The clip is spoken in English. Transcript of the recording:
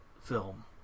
film